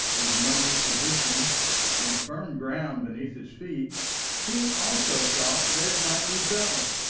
with money and position and firm ground beneath his feet he also thought that it might be so.